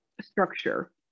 structure